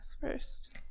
first